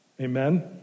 Amen